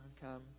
come